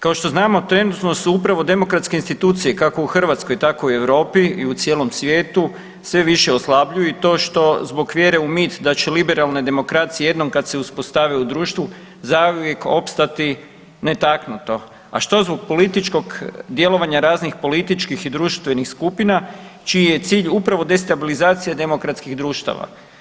Kao što znamo, trenutno su upravo demokratske institucije, kako u Hrvatskoj, tako i u Europi i u cijelom svijetu sve više oslabljuju i to što zbog vjere u mit da će liberalne demokracije jednom kad se uspostave u društvu zauvijek opstati netaknuto, a što zbog političkog djelovanja raznim političkih i društvenih skupina, čiji je cilj upravo destabilizacija demokratskih društava.